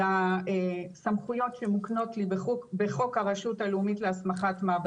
לסמכויות שמוקנות לי בחוק הרשות הלאומית להסמכת מעבדות.